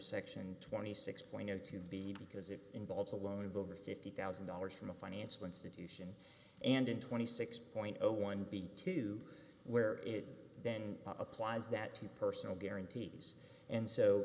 section twenty six point zero two b because it involves a loan book or fifty thousand dollars from a financial institution and in twenty six point zero one b two where it then applies that to personal guarantees and so